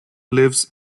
lives